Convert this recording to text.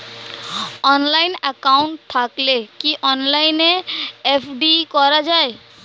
Online account থাকলে কি অনলাইনে এফ.ডি করা যায়?